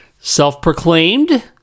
Self-proclaimed